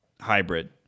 hybrid